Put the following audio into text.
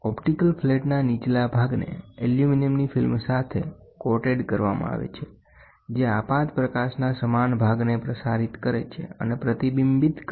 optical ફ્લેટના નીચલા ભાગને એલ્યુમિનિયમની ફિલ્મ સાથે કોટેડ કરવામાં આવે છે જે આપાત પ્રકાશના સમાન ભાગને પ્રસારિત કરે છે અને પ્રતિબિંબિત કરે છે